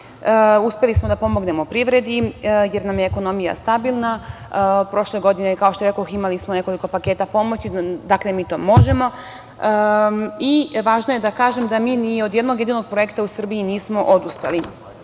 Uspeli smo da pomognemo privredi, jer nam je ekonomija stabilna. Prošle godine, kao što rekoh, imali smo nekoliko paketa pomoći. Dakle, mi to možemo. Važno je da kažem da mi ni od jednog jedinog projekta u Srbiji nismo odustali.